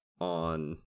on